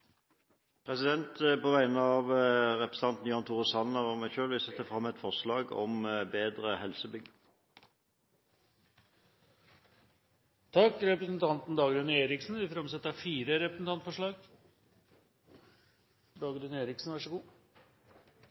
På vegne av representanten Jan Tore Sanner og meg selv vil jeg sette fram et forslag om bedre helsebygg. Representanten Dagrun Eriksen vil framsette fire representantforslag.